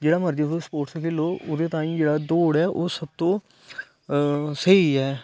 जेहड मर्जी तुस स्पोटस खेलो ओहदे तांई जेहडा दौड ऐ सब तू स्हेई ऐ